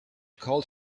called